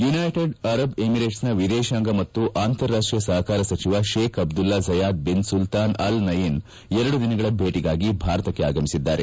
United Arab ಎಮಿರೇಟ್ಸ್ನ ವಿದೇಶಾಂಗ ಮತ್ತು ಅಂತರಾಷ್ಟೀಯ ಸಹಕಾರ ಸಚಿವ Sheikh Abdullah Zayed bin Sultan Al Nahyan ಎರಡು ದಿನಗಳ ಭೇಟಿಗಾಗಿ ಭಾರತಕ್ಕೆ ಆಗಮಿಸಿದ್ದಾರೆ